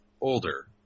older